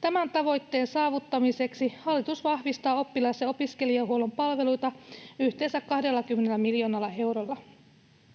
Tämän tavoitteen saavuttamiseksi hallitus vahvistaa oppilas- ja opiskelijahuollon palveluita yhteensä 20 miljoonalla eurolla.